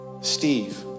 Steve